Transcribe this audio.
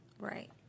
Right